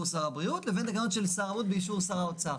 שר הבריאות לבין תקנות של שר הבריאות באישור שר האוצר.